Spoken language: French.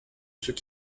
ceux